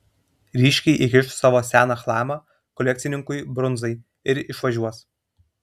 ryškiai įkiš savo seną chlamą kolekcininkui brunzai ir išvažiuos